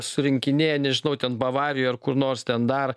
surinkinėja nežinau ten bavarijoj ar kur nors ten dar